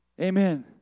Amen